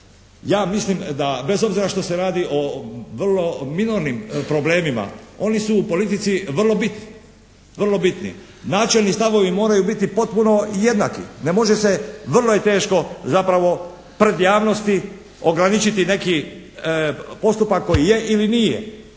Ja mislim da bez obzira što se radi o vrlo minornim problemima oni su u politici vrlo bitni. Načelni stavovi moraju biti potpuno jednaki. Ne može se, vrlo je teško zapravo pred javnosti ograničiti neki postupak koji je ili nije.